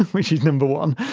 which is number one.